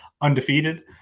undefeated